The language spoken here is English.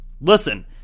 Listen